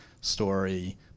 story